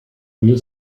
real